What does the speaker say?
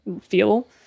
feel